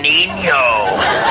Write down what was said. Nino